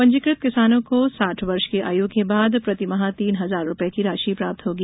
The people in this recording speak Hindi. पंजीकृत किसानों को साठ वर्ष की आयु के बाद प्रतिमाह तीन हजार रूपये की राशि प्राप्त होगी